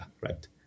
right